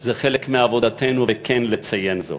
זה חלק מעבודתנו וכן לציין זאת.